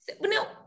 no